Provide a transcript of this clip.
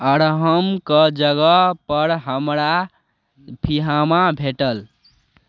अर्हम कऽ जगह पर हमरा फ़िआमा भेटल